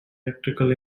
electrical